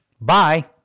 Bye